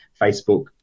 Facebook